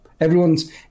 everyone's